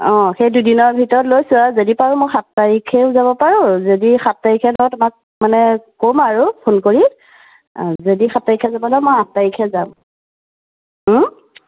অঁ সেই দুদিনৰ ভিতৰত লৈছোঁ আৰু যদি পাৰোঁ মই সাত তাৰিখেও যাব পাৰোঁ যদি সাত তাৰিখে নোৱাৰোঁ তোমাক মানে ক'ম আৰু ফোন কৰি অঁ যদি সাত তাৰিখে নগ'লেও মই আঠ তাৰিখে যাম